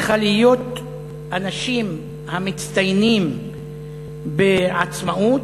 צריכה להיות אנשים המצטיינים בעצמאות,